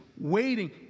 waiting